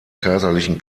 kaiserlichen